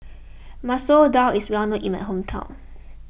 Masoor Dal is well known in my hometown